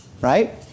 right